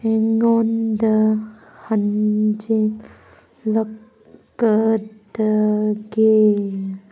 ꯑꯩꯉꯣꯟꯗ ꯍꯟꯖꯤꯜꯂꯛꯀꯗꯒꯦ